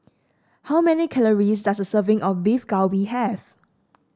how many calories does a serving of Beef Galbi have